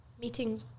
meeting